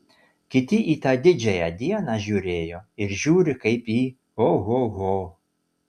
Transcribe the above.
kiti į tą didžiąją dieną žiūrėjo ir žiūri kaip į ohoho